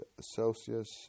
Celsius